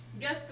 Guess